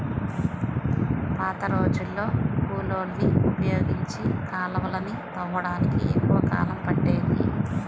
పాతరోజుల్లో కూలోళ్ళని ఉపయోగించి కాలవలని తవ్వడానికి ఎక్కువ కాలం పట్టేది